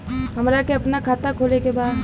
हमरा के अपना खाता खोले के बा?